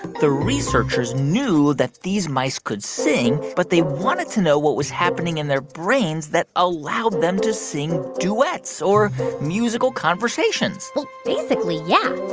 the researchers knew that these mice could sing, but they wanted to know what was happening in their brains that allowed them to sing duets or musical conversations basically, yeah.